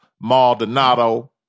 Maldonado